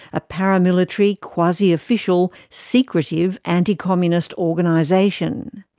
a paramilitary, quasi-official, secretive, anti-communist organisation.